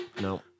No